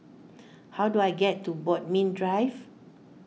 how do I get to Bodmin Drive